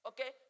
Okay